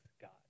God